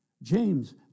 James